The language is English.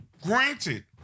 granted